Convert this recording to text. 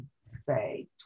say